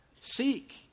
Seek